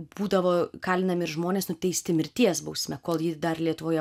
būdavo kalinami ir žmonės nuteisti mirties bausme kol ji dar lietuvoje